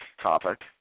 topic